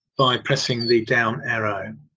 by pressing the down arrow.